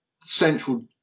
central